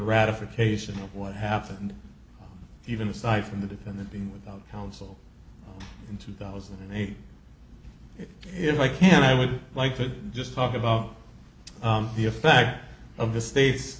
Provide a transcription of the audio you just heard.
ratification of what happened even aside from the defendant being without counsel in two thousand and eight if i can i would like to just talk about the effect of the state